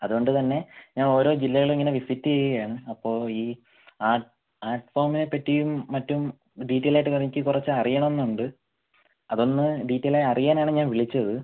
അതുകൊണ്ട് തന്നെ ഞാൻ ഓരോ ജില്ലകളും ഇങ്ങനെ വിസിറ്റ് ചെയ്യുകയാണ് അപ്പോൾ ഈ ആർട് ആർട് ഫോമിനെപ്പറ്റിയും മറ്റും ഡീറ്റെയിലായിട്ട് എനിക്ക് കുറച്ച് അറിയണം എന്നുണ്ട് അതൊന്ന് ഡീറ്റെയിൽ ആയി അറിയാനാണ് ഞാൻ വിളിച്ചത്